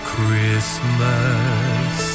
Christmas